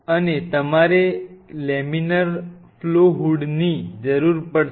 અને તમારે laminar flow હૂડની જરૂર પડશે